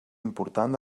important